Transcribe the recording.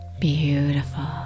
beautiful